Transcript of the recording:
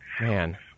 Man